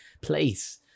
place